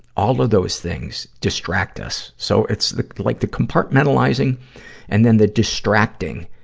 all of those things distract us. so it's, the, like, the compartmentalizing and then the distracting